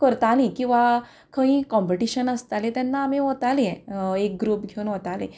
करतालीं किंवां खंय कॉम्पिटिशन आसतालें तेन्ना आमी वतालीं एक ग्रूप घेवन वतालीं